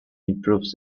improves